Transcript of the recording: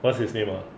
what's his name uh